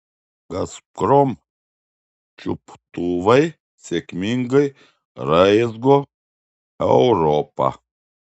gazprom čiuptuvai sėkmingai raizgo europą